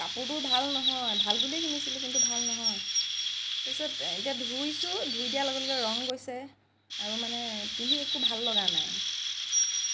কাপোৰটো ভাল নহয় ভাল বুলিয়ে কিনিছিলোঁ কিন্তু ভাল নহয় পিছত এতিয়া ধুইছোঁ ধুই দিয়াৰ লগে লগে ৰং গৈছে আৰু মানে পিন্ধি একো ভাল লগা নাই